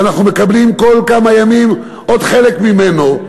כל כמה ימים עוד חלק ממנו,